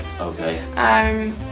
Okay